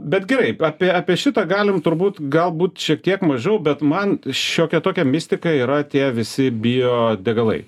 bet gerai apie apie šitą galim turbūt galbūt šiek tiek mažiau bet man šiokia tokia mistika yra tie visi biodegalai